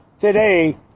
today